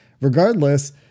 Regardless